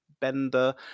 bender